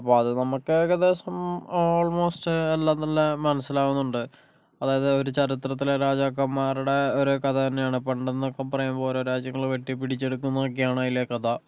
അപ്പോൾ അത് നമ്മക്കേകദേശം ഓൾമോസ്റ്റ് എല്ലാം നല്ല മനസ്സിലാവുന്നുണ്ട് അതായത് ഒരു ചരിത്രത്തിലെ രാജാക്കന്മാരുടെ ഓരോ കഥെന്നെയാണ് പണ്ട്ന്നൊക്കെ പറയുമ്പോൾ ഓരോ രാജ്യങ്ങള് വെട്ടിപ്പിടിച്ച് എടുക്കുന്നതൊക്കെയാണ് അതിലെ കഥ